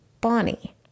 Bonnie